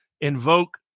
invoke